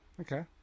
Okay